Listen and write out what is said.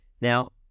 now